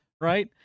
right